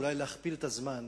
אולי להכפיל את הזמן.